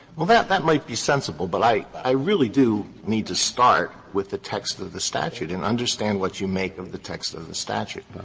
well, that that might be sensible, but i i really do need to start with the text of of the statute and understand what you make of the text of the statute.